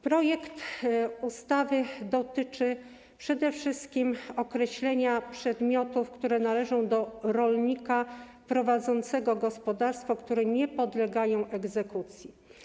Projekt ustawy dotyczy przede wszystkim określenia przedmiotów, które należą do rolnika prowadzącego gospodarstwo, które nie podlegają egzekucji.